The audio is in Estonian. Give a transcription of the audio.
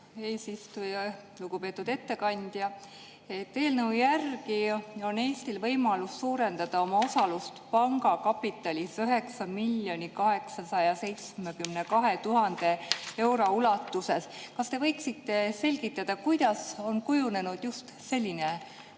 eesistuja! Lugupeetud ettekandja! Eelnõu järgi on Eestil võimalus suurendada oma osalust panga kapitalis 9 872 000 euro ulatuses. Kas te võiksite selgitada, kuidas on kujunenud just selline summa?